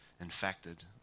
infected